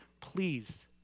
please